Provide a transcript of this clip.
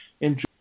Enjoy